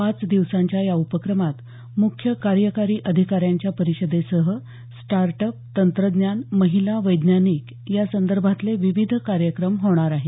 पाच दिवसांच्या या उपक्रमात मुख्य कार्यकारी अधिकाऱ्यांच्या परिषदेसह स्टार्ट अप तंत्रज्ञान महिला वैज्ञानिक यासंदर्भातले विविध कार्यक्रम होणार आहेत